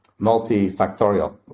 multifactorial